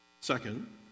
Second